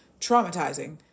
traumatizing